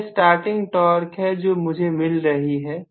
तो यह starting torque है जो मुझे मिल रही है